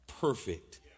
perfect